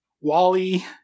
Wally